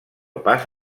pas